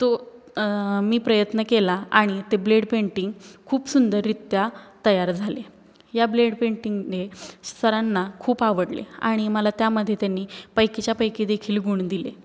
तो मी प्रयत्न केला आणि ते ब्लेड पेंटिंग खूप सुंदररित्या तयार झाले या ब्लेड पेंटिंगने सरांना खूप आवडले आणि मला त्यामध्ये त्यांनी पैकीच्या पैकी देखील गुण दिले